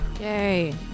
Yay